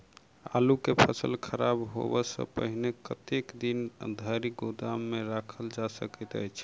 आलु केँ फसल खराब होब सऽ पहिने कतेक दिन धरि गोदाम मे राखल जा सकैत अछि?